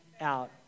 out